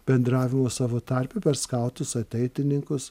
bendravimo savo tarpe per skautus ateitininkus